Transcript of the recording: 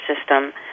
system